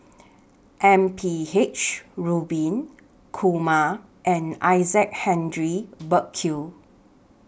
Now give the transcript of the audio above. M P H Rubin Kumar and Isaac Henry Burkill